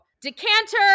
decanter